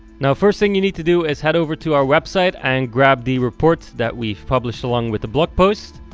now the first thing you need to do is head over to our website and grab the reports that we've published along with the blog post.